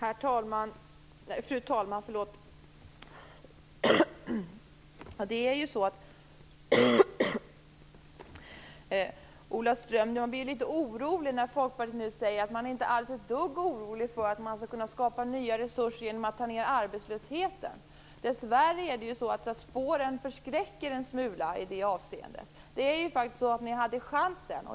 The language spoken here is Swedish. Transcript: Fru talman! Jag blir litet orolig, Ola Ström, när Folkpartiet nu säger att man inte är ett dugg orolig för att man skall kunna skapa nya resurser genom att minska arbetslösheten. Dessvärre förskräcker spåren en smula i det avseendet. Ni hade faktiskt chansen.